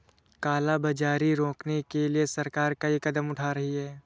काला बाजारी रोकने के लिए सरकार कई कदम उठा रही है